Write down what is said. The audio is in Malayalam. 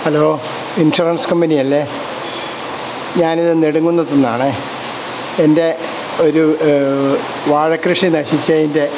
ഹലോ ഇൻഷുറൻസ് കമ്പനിയല്ലേ ഞാനിത് നെടുംകുന്നത്ത് നിന്നാണെ എൻ്റെ ഒരു വാഴ കൃഷി നശിച്ചതിൻ്റെ